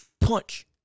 punch